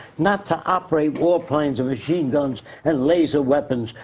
not to operate war plans and machine guns and laser weapons.